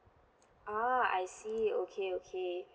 ah I see okay okay